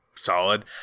Solid